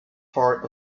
part